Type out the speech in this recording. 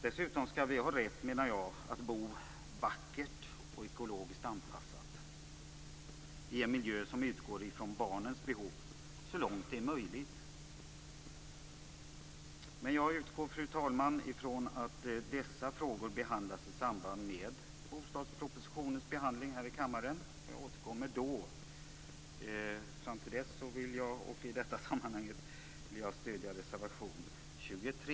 Dessutom skall vi ha rätt, menar jag, att bo vackert och ekologiskt anpassat, i en miljö som utgår från barnens behov så långt det är möjligt. Men jag utgår från, fru talman, att dessa frågor behandlas i samband med bostadspropositionens behandling här i kammaren. Jag återkommer då. I detta sammanhang vill jag stödja reservation 23.